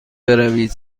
بروید